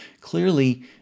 Clearly